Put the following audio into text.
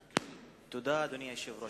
תודה, אדוני היושב-ראש.